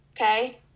okay